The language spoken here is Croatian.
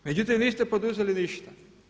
Međutim niste poduzeli ništa.